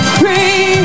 free